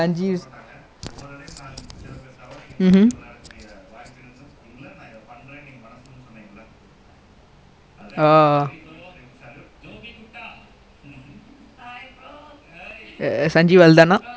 like san geologist gallery mah like last time I think circle right like uh I think that guy like arrange lah like not at him but like and the match lah then after he legit side the side like then psychological bodies until then only for longer than had and crying with